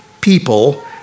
people